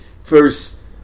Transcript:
first